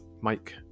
Mike